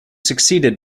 succeeded